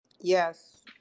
Yes